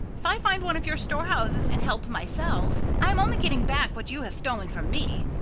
if i find one of your storehouses and help myself, i am only getting back what you have stolen from me.